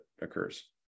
occurs